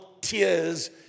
tears